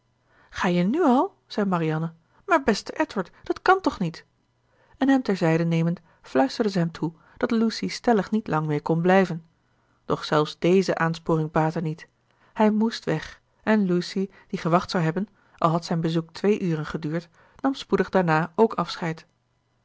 ga je nu al zei marianne maar beste edward dat kan toch niet en hem terzijde nemend fluisterde zij hem toe dat lucy stellig niet lang meer kon blijven doch zelfs deze aansporing baatte niet hij moest weg en lucy die gewacht zou hebben al had zijn bezoek twee uren geduurd nam spoedig daarna ook afscheid